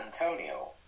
Antonio